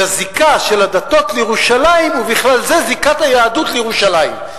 לזיקה של הדתות לירושלים ובכלל זה זיקת היהדות לירושלים.